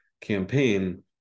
Campaign